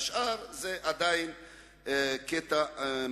והשאר עדיין צר מאוד,